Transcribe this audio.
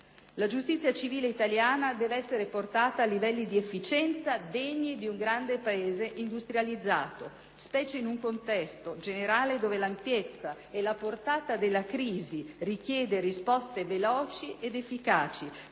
La giustizia civile italiana deve essere portata a livelli di efficienza degni di un grande Paese industrializzato, specie in un contesto generale dove l'ampiezza e la portata della crisi richiedono risposte veloci ed efficaci,